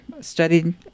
studied